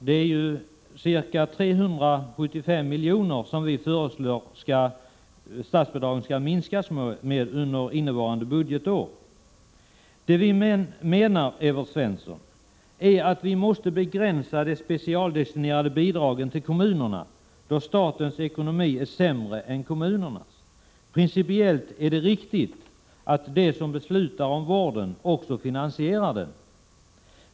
Vi föreslår att statsbidraget skall minskas med ca 375 miljoner under innevarande budgetår. Vi menar, Evert Svensson, att vi måste begränsa de specialdestinerade bidragen till kommunerna, då statens ekonomi är sämre än kommunernas. Principiellt är det riktigt att de som beslutar om vård också finansierar den.